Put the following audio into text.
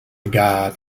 guard